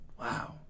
Wow